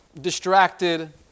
distracted